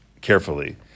carefully